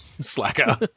slacker